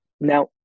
now